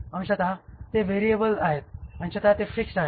अंशतः ते व्हेरिएबल आहेत अंशतः ते फिक्स्ड आहेत